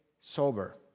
sober